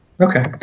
okay